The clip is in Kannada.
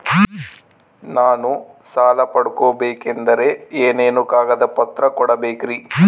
ನಾನು ಸಾಲ ಪಡಕೋಬೇಕಂದರೆ ಏನೇನು ಕಾಗದ ಪತ್ರ ಕೋಡಬೇಕ್ರಿ?